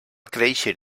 créixer